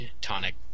tonic